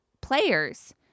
players